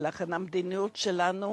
ולכן המדיניות שלנו